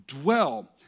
dwell